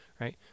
Right